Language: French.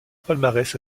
palmarès